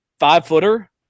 five-footer